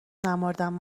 نمـردم